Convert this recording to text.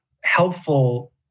helpful